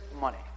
money